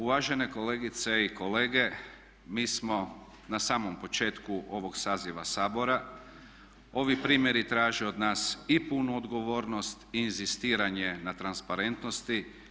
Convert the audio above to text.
Uvažene kolegice i kolege mi smo na samom početku ovog saziva Sabora, ovi primjeri traže od nas i punu odgovornost i inzistiranje na transparentnosti.